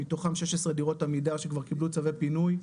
מתוכן 16 דירות עמידר שכבר קיבלו צווי פינוי.